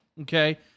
Okay